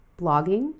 blogging